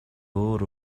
өөр